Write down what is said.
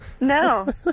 No